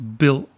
bill